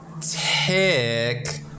tick